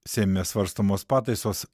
seime svarstomos pataisos